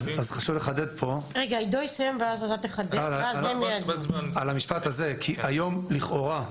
אבל חשוב לחדד פה על המשפט הזה: היום לכאורה,